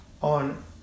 on